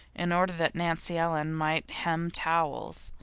in order that nancy ellen might hem towels.